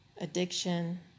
addiction